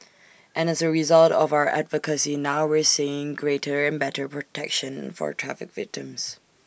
and as A result of our advocacy now we're seeing greater and better protection for traffic victims